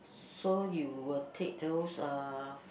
so you will take those uh